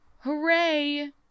Hooray